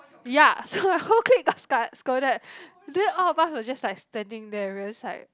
ya so my whole clique got sca~ scolded then all of us was just like standing there we're just like